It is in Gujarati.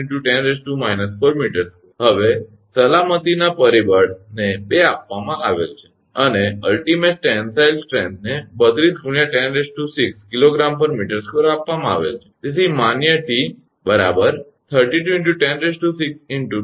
27 × 10−4 𝑚2 હવે સલામતીના પરિબળને 2 આપવામાં આવેલ છે અને અંતિમ તાણ શક્તિને 32 × 106 𝐾𝑔 𝑚2 આપવામાં આવેલ છે તેથી માન્ય 𝑇 allowable 𝑇 32 × 106 × 2